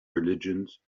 religions